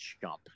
jump